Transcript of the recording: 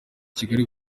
kigali